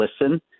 listen